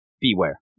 beware